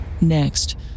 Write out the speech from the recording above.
Next